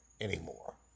anymore